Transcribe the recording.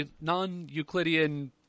non-Euclidean